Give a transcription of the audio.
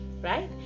Right